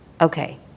okay